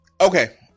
Okay